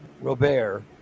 Robert